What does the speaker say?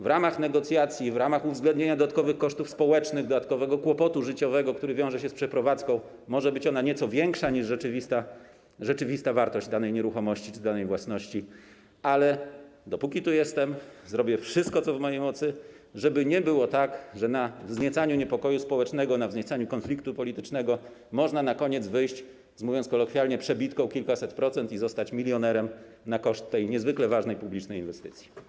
W ramach negocjacji, w ramach uwzględnienia dodatkowych kosztów społecznych, dodatkowego kłopotu życiowego, który wiąże się z przeprowadzką, może być ona nieco większa niż rzeczywista wartość danej nieruchomości czy danej własności, ale dopóki tu jestem, zrobię wszystko, co w mojej mocy, żeby nie było tak, że na wzniecaniu niepokoju społecznego, na wzniecaniu konfliktu politycznego można na koniec wyjść, mówiąc kolokwialnie, z przebitką wynoszącą kilkaset procent i zostać milionerem na koszt tej niezwykle ważnej inwestycji publicznej.